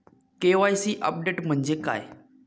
KYC update म्हणजे काय?